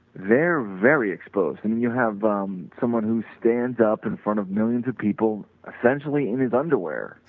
they are very exposed and you have um someone who stands up in front of millions of people essentially in his underwear,